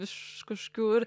iš kažkur